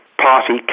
party